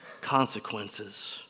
consequences